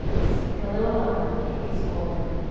sink a little lower, gaze forward.